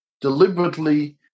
deliberately